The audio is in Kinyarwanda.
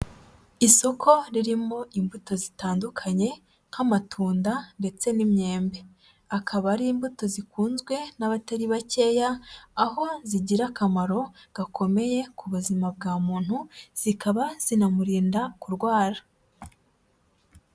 Isoko ririmo imbuto zitandukanye nk'amatunda ndetse n'imyembe, akaba ari imbuto zikunzwe n'abatari bakeya, aho zigira akamaro gakomeye ku buzima bwa muntu zikaba zinamurinda kurwara.